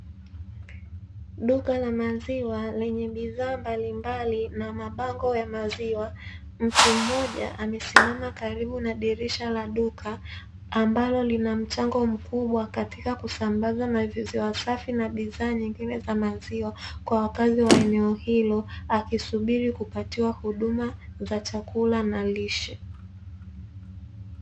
Duka la maziwa lenye bidhaa mbalimbali na mabango ya maziwa. Mtu mmoja amesimama karibu na dirisha la duka ambalo lina mchango kubwa katika kusambaza maziwa safi na bidhaa nyingine za maziwa kwa wakazi wa eneo hilo, akisubiri kupatiwa huduma za chakula na lishe.